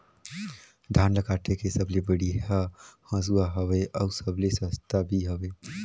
धान ल काटे के सबले बढ़िया हंसुवा हवये? अउ सबले सस्ता भी हवे?